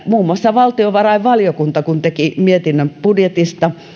muun muassa valtiovarainvaliokunta kun teki mietinnön budjetista